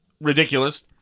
ridiculous